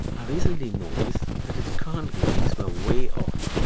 i recently noticed that its current readings were way off.